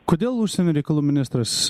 kodėl užsienio reikalų ministras